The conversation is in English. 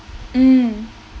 mm